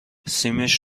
سیمش